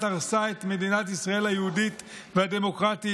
הרסה את מדינת ישראל היהודית והדמוקרטית.